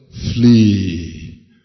Flee